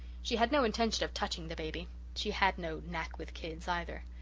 she had no intention of touching the baby she had no knack with kids either.